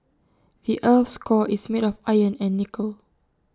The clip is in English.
the Earth's core is made of iron and nickel